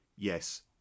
Yes